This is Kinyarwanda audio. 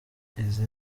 izi